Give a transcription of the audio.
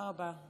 תודה רבה.